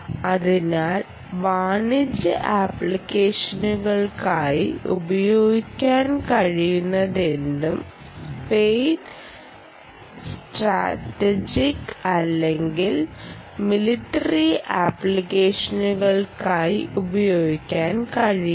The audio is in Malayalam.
അതിനാൽ വാണിജ്യ ആപ്ലിക്കേഷനുകൾക്കായി ഉപയോഗിക്കാൻ കഴിയുന്നതെന്തും സ്പേസ് സ്ട്രാറ്റജിക് അല്ലെങ്കിൽ മിലിട്ടറി ആപ്ലിക്കേഷനുകൾക്കായി ഉപയോഗിക്കാൻ കഴിയില്ല